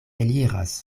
eliras